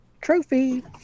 trophy